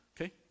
Okay